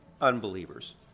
unbelievers